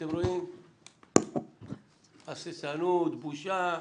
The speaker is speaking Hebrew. אתם רואים הססנות, בושה.